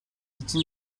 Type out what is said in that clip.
için